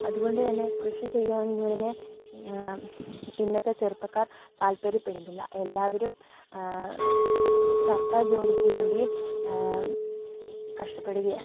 അതുകൊണ്ടുതന്നെ കൃഷിചെയ്യുന്നതിന് ഇന്നത്തെ ചെറുപ്പക്കാർ താല്പര്യപെടുന്നില്ല എല്ലാവരും സർക്കാർ ജോലിയ്ക്കു വേണ്ടിയും കഷ്ടപ്പെടുകയാണ്